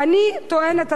אני טוענת,